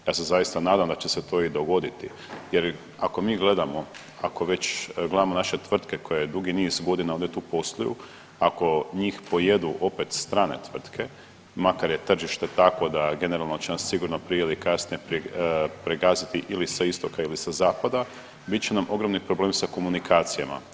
Ja se zaista nadam da će se to i dogoditi jer ako mi gledamo, ako već gledamo naše tvrtke koje drugi niz godina ovdje tu posluju, ako njih pojedu opet strane tvrtke, makar je tržište takvo da generalno će nas sigurno prije ili kasnije pregaziti ili sa istoka ili sa zapada, bit će nam ogromni problem sa komunikacijama.